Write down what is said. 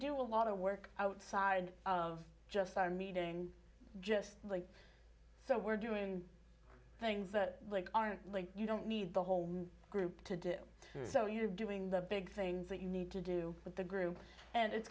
do a lot of work outside of just our meeting just like so we're doing things that aren't really you don't need the whole group to do so you're doing the big things that you need to do with the group and it's